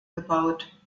gebaut